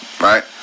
right